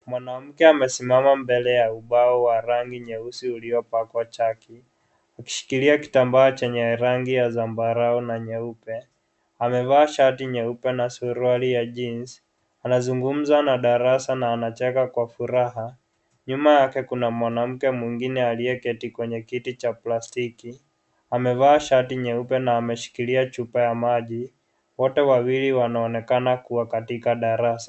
Mwanamke amesimama mbele ya ubao wa rangi nyeusi uliopakwa chaki; akishikilia kitambaa chenye rangi ya zambarau na nyeupe. Amevaa shati nyeupe na suruali ya jeans . Anazungumza na darasa na anacheka kwa furaha. Nyuma yake kuna mwanamke mwingine aliyeketi kwenye kiti cha plastiki. Amevaa shati nyeupe na ameshikilia chupa ya maji. Wote wawili wanaonekana kuwa katika darasa.